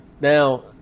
Now